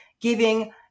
giving